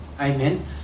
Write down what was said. Amen